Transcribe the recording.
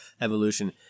evolution